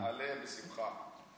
נעלה בשמחה.